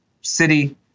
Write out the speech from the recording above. city